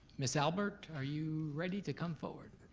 miss albert, are you ready to come forward?